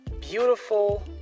beautiful